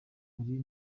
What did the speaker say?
hari